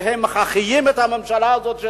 שהם מחיים את הממשלה הזאת,